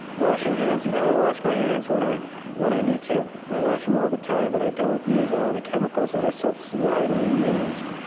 washing hands. you know, i washed my hands when i when i need to, i wash them all the time, but i don't use all the chemicals that are so widely used.